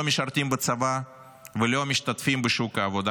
משרתים בצבא ולא משתתפים בשוק העבודה.